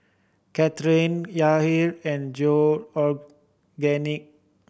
Kathryn Yahir and Georgiann